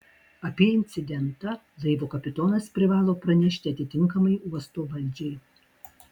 apie incidentą laivo kapitonas privalo pranešti atitinkamai uosto valdžiai